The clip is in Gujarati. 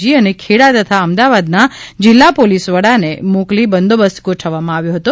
જી અને ખેડા તથા અમદાવાદના જિલ્લા પોલીસ વડાને મોકલી બંદોબસ્ત ગોઠવવામાં આવ્યો હતો